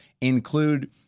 include